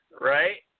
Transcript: Right